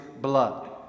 blood